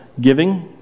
Giving